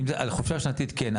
על חופשה שנתית כן,